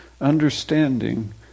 understanding